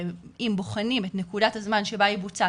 אם בוחנים את נקודת הזמן שבה היא בוצעה,